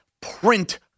print